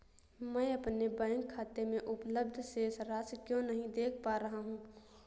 मैं अपने बैंक खाते में उपलब्ध शेष राशि क्यो नहीं देख पा रहा हूँ?